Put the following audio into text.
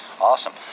Awesome